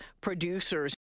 Producers